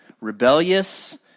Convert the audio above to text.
rebellious